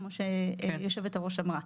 כפי שיושבת-הראש אמרה.